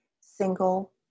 single